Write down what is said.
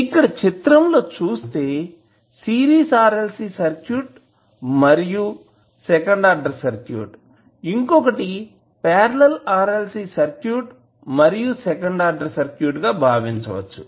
ఇక్కడ చిత్రం లో చూస్తే సిరీస్ RLC సర్క్యూట్ మరియు సెకండ్ ఆర్డర్ సర్క్యూట్ ఇంకొకటి పార్లల్ RLC సర్క్యూట్ మరియు సెకండ్ ఆర్డర్ సర్క్యూట్ గా భావించవచ్చు